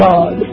God